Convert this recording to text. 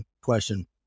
question